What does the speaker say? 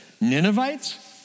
Ninevites